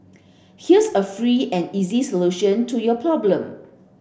here's a free and easy solution to your problem